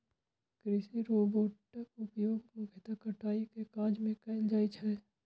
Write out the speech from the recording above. कृषि रोबोटक उपयोग मुख्यतः कटाइ के काज मे कैल जाइ छै